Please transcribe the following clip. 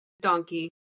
donkey